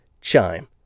Chime